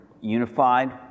unified